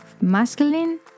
Masculine